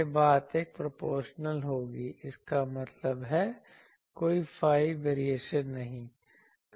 यह बात 1 के प्रोपोर्शनल होगी इसका मतलब है कोई phi वेरिएशन नहीं